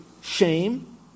shame